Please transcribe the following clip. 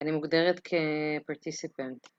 אני מוגדרת כ-participant.